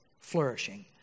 flourishing